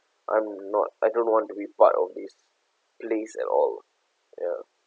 I'm not I don't want to be part of this place at all ya